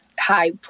high